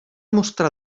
mostrar